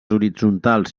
horitzontals